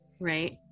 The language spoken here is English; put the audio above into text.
Right